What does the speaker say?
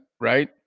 Right